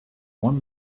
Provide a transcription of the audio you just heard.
one